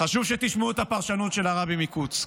חשוב שתשמעו את הפרשנות של הרבי מקוצק,